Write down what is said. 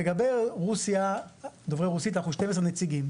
לגבי רוסיה, דוברי רוסית, אנחנו 12 נציגים.